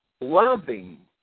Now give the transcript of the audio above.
loving